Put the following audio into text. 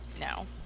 No